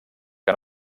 que